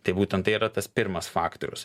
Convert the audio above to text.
tai būtent tai yra tas pirmas faktorius